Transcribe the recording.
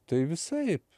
tai visaip